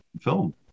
film